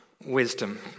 Wisdom